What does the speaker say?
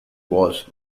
was